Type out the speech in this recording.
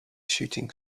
shooting